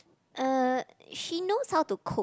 uh she knows how to code